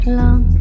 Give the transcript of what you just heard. long